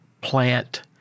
plant